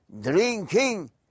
drinking